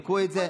תבדקו את זה.